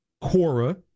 Cora